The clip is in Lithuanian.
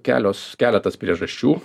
kelios keletas priežasčių